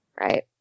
right